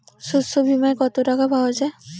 শস্য বিমায় কত টাকা পাওয়া যায়?